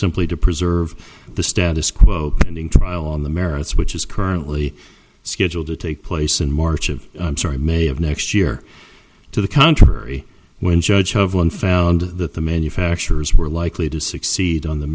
simply to preserve the status quo pending trial on the merits which is currently scheduled to take place in march of i'm sorry may of next year to the contrary when judge one found that the manufacturers were likely to succeed